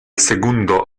segundo